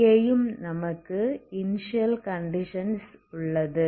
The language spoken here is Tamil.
இங்கேயும் நமக்கு இனிஸியல் கண்டிஷன்ஸ் உள்ளது